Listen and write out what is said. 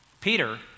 Peter